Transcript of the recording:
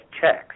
checks